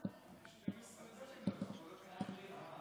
ינון,